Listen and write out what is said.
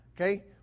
Okay